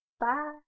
bye